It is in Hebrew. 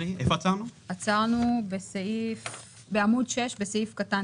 לסעיף קטן